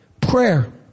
Prayer